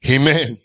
Amen